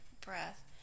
breath